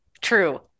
true